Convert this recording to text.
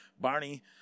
barney